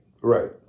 right